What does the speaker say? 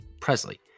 Presley